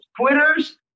Twitters